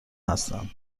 هستند